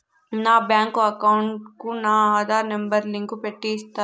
నా bank account కు నా ఆధార్ నెంబర్ లింకు పెట్టి ఇస్తారా?